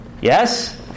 Yes